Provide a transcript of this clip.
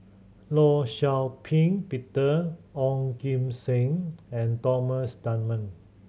Law Shau Ping Peter Ong Kim Seng and Thomas Dunman